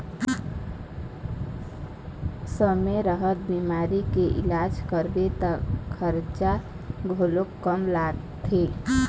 समे रहत बिमारी के इलाज कराबे त खरचा घलोक कम लागथे